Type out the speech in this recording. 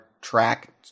track